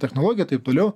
technologija taip toliau